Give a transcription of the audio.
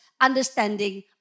understanding